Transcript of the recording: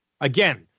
Again